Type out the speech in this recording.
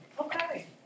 Okay